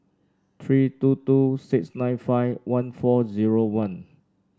three two two six nine five one four zero one